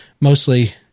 mostly